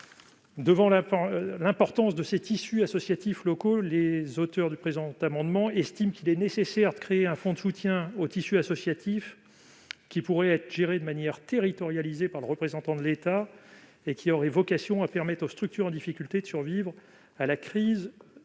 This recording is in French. de l'importance de ces tissus associatifs locaux, les auteurs du présent amendement estiment qu'il est nécessaire de créer un fonds de soutien au tissu associatif. Ce fonds, qui pourrait être géré de manière territorialisée par le représentant de l'État, aurait vocation à permettre aux structures en difficulté de survivre à la crise que